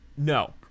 No